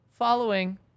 following